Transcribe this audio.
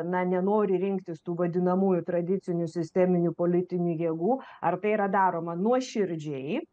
na nenori rinktis tų vadinamųjų tradicinių sisteminių politinių jėgų ar tai yra daroma nuoširdžiai